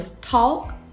talk